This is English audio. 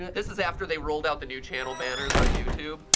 this was after the rolled out the new channel banners on youtube,